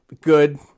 good